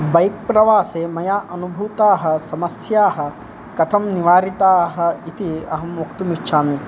bike प्रवासे मया अनुभूताः समस्याः कथं निविरिताः इति अहं वक्तुमिच्छामि